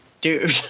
dude